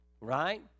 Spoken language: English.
right